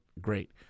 great